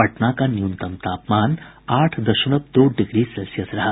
पटना का न्यूनतम तापमान आठ दशमलव दो डिग्री सेल्सियस रहा